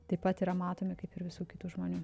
taip pat yra matomi kaip ir visų kitų žmonių